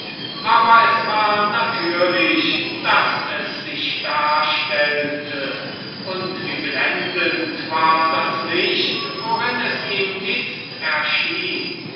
aber es war natürlich daß es sich darstellte und wie blendend war das licht worin sie ihm itzt erschien